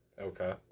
Okay